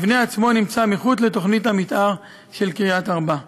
המבנה עצמו נמצא מחוץ לתוכנית המתאר של קריית-ארבע.